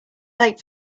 late